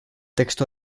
texto